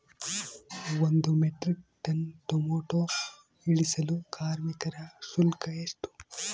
ಒಂದು metric ton tomato ಇಳಿಸಲು ಕಾರ್ಮಿಕರ ಶುಲ್ಕ ಎಷ್ಟು?